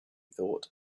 thought